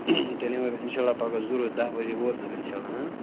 تیٚلہِ یِمٕے بہٕ اِنشاءاللہ پگاہ ضروٗر دَہ بَجے ووتُس بہٕ اِنشاءاللہ